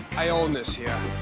i own this here.